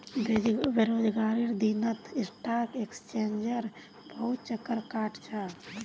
बेरोजगारीर दिनत स्टॉक एक्सचेंजेर बहुत चक्कर काट छ